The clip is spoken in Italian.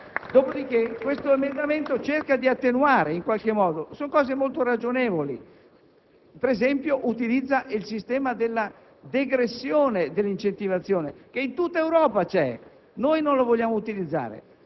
L'emendamento 30-*ter*.100 cerca di attenuare, nei limiti del possibile, questa eccessiva incentivazione e questo dirigismo.